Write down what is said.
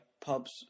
pubs